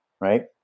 Right